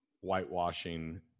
whitewashing